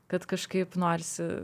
kad kažkaip norisi